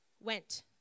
went